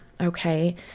okay